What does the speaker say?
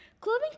Clothing